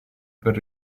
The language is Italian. per